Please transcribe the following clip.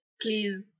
please